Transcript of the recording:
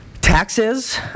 taxes